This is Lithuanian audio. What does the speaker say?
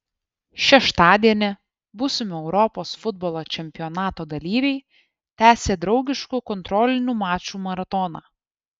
šeštadienį būsimo europos futbolo čempionato dalyviai tęsė draugiškų kontrolinių mačų maratoną